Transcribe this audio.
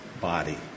body